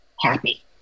happy